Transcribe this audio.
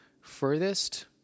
Furthest